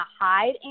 hide